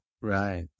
Right